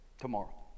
tomorrow